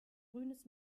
grünes